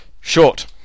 short